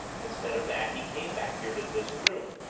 instead of that he came back here to this room.